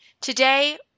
today